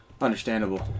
Understandable